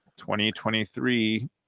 2023